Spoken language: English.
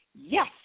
yes